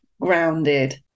grounded